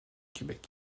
québec